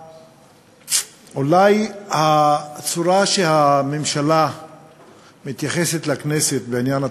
אולי הצורה שבה הממשלה מתייחסת לכנסת בעניין התקציב,